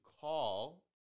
call